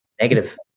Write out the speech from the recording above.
negative